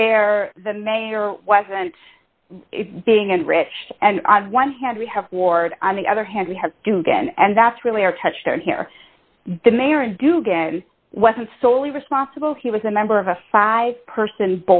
where the mayor wasn't being and rich and on one hand we have ward on the other hand we have to again and that's really our touch there here the mayor and do good and wasn't solely responsible he was a member of a five person